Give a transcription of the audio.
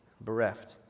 bereft